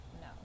No